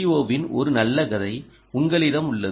ஓவின் ஒரு நல்ல கதை உங்களிடம் உள்ளது